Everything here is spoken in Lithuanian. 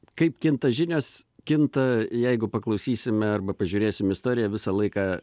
kaip kinta žinios kinta jeigu paklausysime arba pažiūrėsim istoriją visą laiką